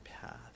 path